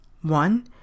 one